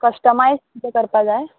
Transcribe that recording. customise कितें करपा जाय